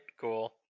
cool